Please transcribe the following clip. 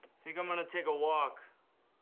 think i'm gonna take a walk.